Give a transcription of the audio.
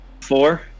Four